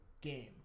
game